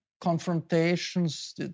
confrontations